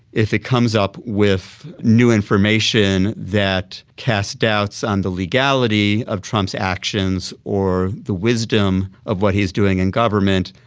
if it comes up with new information that casts doubts on the legality of trump's actions or the wisdom of what he's doing in government,